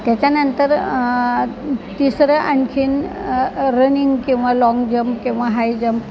त्याच्यानंतर तिसरं आणखीन रनिंग किंवा लाँग जंप किंवा हाय जम्प